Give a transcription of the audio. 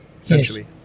essentially